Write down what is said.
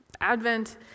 Advent